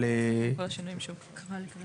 עם כל השינויים שהוקראו.